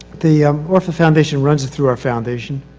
the offer foundation runs it through our foundation.